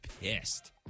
pissed